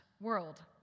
world